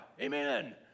amen